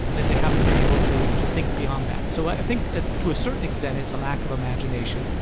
that they haven't been able to to think beyond that. so i think ah to a certain extent it's a lack of imagination.